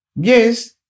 Yes